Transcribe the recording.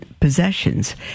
possessions